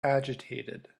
agitated